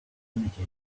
images